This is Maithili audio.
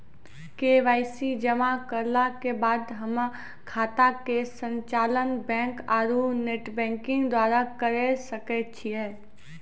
के.वाई.सी जमा करला के बाद हम्मय खाता के संचालन बैक आरू नेटबैंकिंग द्वारा करे सकय छियै?